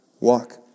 walk